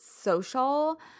social